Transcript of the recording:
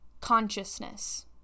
consciousness